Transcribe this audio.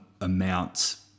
amounts